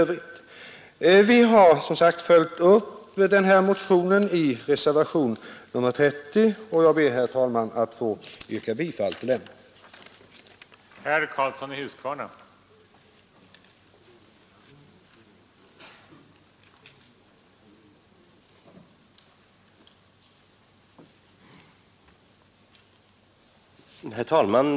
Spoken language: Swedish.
Vi har som sagt följt upp motionen i reservationen 30, och jag ber, herr talman, att få yrka bifall till den reservationen.